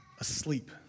asleep